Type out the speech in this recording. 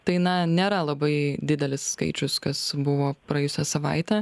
tai na nėra labai didelis skaičius kas buvo praėjusią savaitę